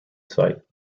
sight